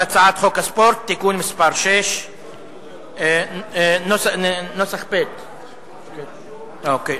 בהצעת חוק הספורט (תיקון מס' 6). תודה רבה.